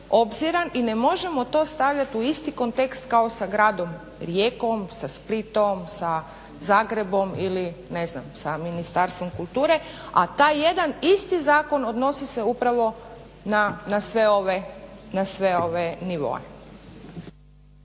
i ne možemo to stavljat u isti kontekst kao sa gradom Rijekom, sa Splitom, sa Zagrebom ili ne znam sa Ministarstvom kulture, a taj jedan isti zakon odnosi se upravo na sve ove nivoe.